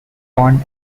pond